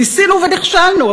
ניסינו ונכשלנו.